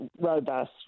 robust